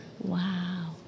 Wow